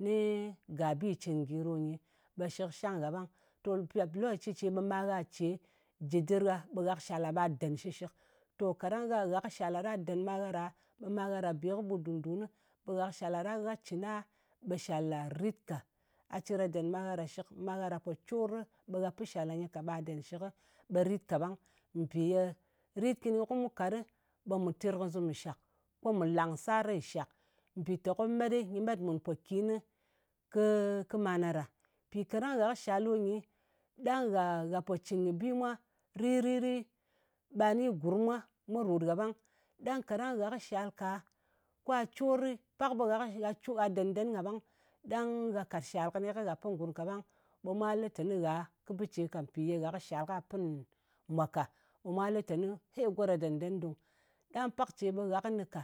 Ni ga bi cɨn ngyi ɗo nyi, ɓe shɨk shang ngha ɓang. To ge lokaci ce ɓe ma gha ce jɨ dɨr gha, ɓe gha kɨ shala, ɓe den shɨshɨk. To gha kɨ shala, ɗa den ma gha ɗa, ɓe ma gha ɗa be kɨ ɓut ɗùn-dunɨ, ɓe gha kɨ shala, ɗa cɨn a, ɓe shala rit ka. A cir gha dèn magha ɗa shɨk. Ma gha ɗa po cori, ɓa pi shal ɗa nyɨ ka ɓe den shɨk, ɓe rit kaɓang. Mpì ye rit kɨni, ko mu kat ɗɨ ɓe mu terkazɨm kɨ shak, ko mù lang sari nshak. Mpiteko met nyɨ met mùn mpòkinɨ, kɨ kɨ mana ɗa. Mpì kaɗang gha kɨ shal ɗo nyi, ɗang ghà, gha pò cɨn kɨ bi mwa rit-rit di, ɓa ni gurm mwa ròt gha ɓang. Ɗang kaɗang gha kɨ shal ka, kwa cori, pak ɓe gha kɨ, gha dèn-den kaɓang, ɗang gha kɨ shal kɨni kɨ gha pɨn ngurm kaɓang, ɓe mwa lɨ te gha, gah kɨ bɨ ce ka. Mpì ye gha kɨ shal ka pɨn mwa ka, ɓe mwa lɨ te, hei, go ɗa dèn-den ɗung. Ɗang pak ce ɓe gha kɨnɨ ka.